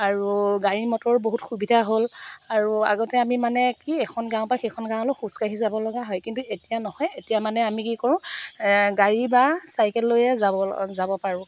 আৰু গাড়ী মটৰ বহুত সুবিধা হ'ল আৰু আগতে আমি মানে কি এখন গাঁৱৰ পৰা সিখন গাঁৱলৈ খোজকাঢ়ি যাব লগা হয় কিন্তু এতিয়া নহয় এতিয়া মানে আমি কি কৰোঁ গাড়ী বা চাইকেল লৈয়ে যাবল যাব পাৰোঁ